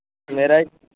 میرا ایک